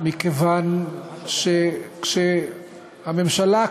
מכיוון שכשהממשלה כושלת,